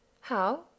How